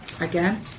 Again